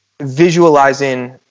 visualizing